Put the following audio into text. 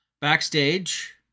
Backstage